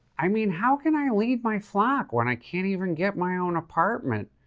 i mean, how can i lead my flock when i can't even get my own apartment?